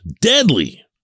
deadly